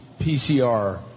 PCR